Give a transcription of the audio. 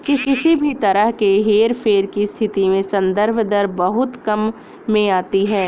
किसी भी तरह के हेरफेर की स्थिति में संदर्भ दर बहुत काम में आती है